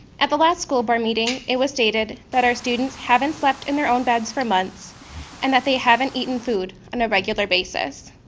at the last school board meeting it was stated that our students haven't slept in their own beds for months and that they haven't eaten food on a regular basis,